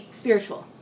spiritual